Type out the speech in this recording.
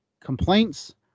complaints